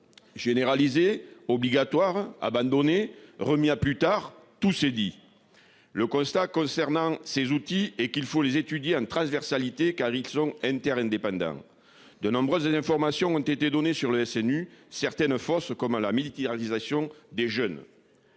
Généralisé obligatoire abandonné remis à plus tard, tout s'est dit. Le constat concernant ces outils et qu'il faut les étudier un transversalité car ils sont inter indépendants. De nombreuses informations ont été données sur le SNU certaines fausses comme à l'amitié réalisation des jeunes.